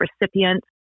recipients